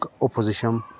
opposition